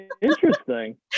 interesting